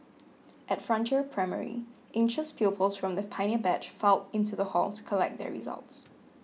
at Frontier Primary anxious pupils from the pioneer batch filed into the hall to collect their results